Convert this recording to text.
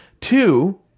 Two